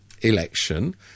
election